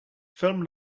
film